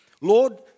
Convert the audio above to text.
Lord